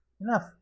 Enough